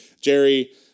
Jerry